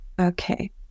Okay